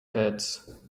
heads